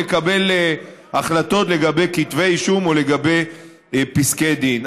ולקבל החלטות לגבי כתבי אישום או לגבי פסקי דין.